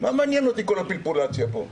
מה מעניין אותי כל הפלפולציה פה?